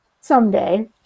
someday